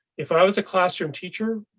if i was a classroom teacher.